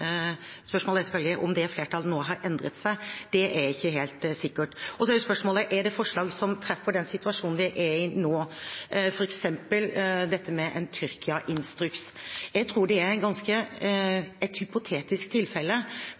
endret seg. Det er ikke helt sikkert. Så er spørsmålet: Er det forslag som treffer den situasjonen vi er i nå? Når det f.eks. gjelder dette med en Tyrkia-instruks, tror jeg det er et ganske hypotetisk tilfelle,